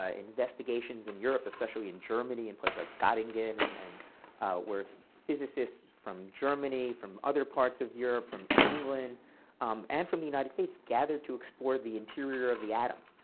ah investigations in europe, especially in germany in places like gottingen, and and were physicists from germany, from other parts of europe, from england and from the united states gathered to explore the interior of the atom.